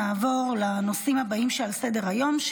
נעבור לנושאים הבאים שעל סדר-היום,